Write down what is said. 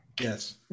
Yes